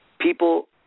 people